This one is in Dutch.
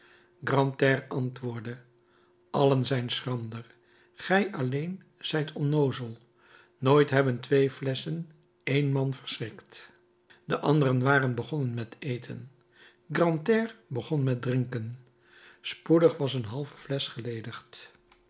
grantaire antwoordde allen zijn schrander gij alleen zijt onnoozel nooit hebben twee flesschen een man verschrikt de anderen waren begonnen met eten grantaire begon met drinken spoedig was een halve flesch geledigd